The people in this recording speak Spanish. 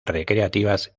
recreativas